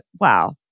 wow